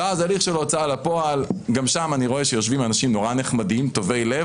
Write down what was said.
ואז גם שם אני רואה שיושבים אנשים נורא נחמדים וטובי-לב,